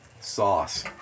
sauce